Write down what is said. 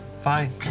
Fine